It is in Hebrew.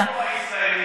לטובת הציבור הישראלי.